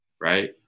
right